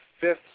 fifth